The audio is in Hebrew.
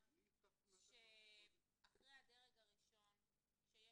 אז איך נדע אם זה נכון או זה